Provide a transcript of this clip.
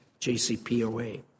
JCPOA